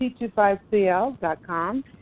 T25CL.com